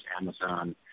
Amazon